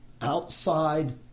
outside